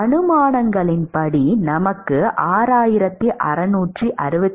அனுமானங்களின்படி நமக்கு 6667 mm2 தேவை